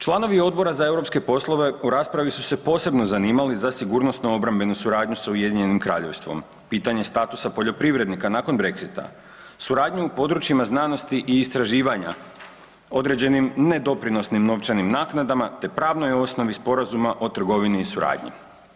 Članovi Odbor za europske poslove u raspravi su se posebno zanimali za sigurnosnu obrambenu suradnju s UK-om, pitanje statusa poljoprivrednika nakon Brexita, suradnju u područjima znanosti i istraživanja, određenim nedoprinosnim novčanim naknadama te pravnoj osnovi Sporazuma o trgovini i suradnji.